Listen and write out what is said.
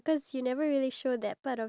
iya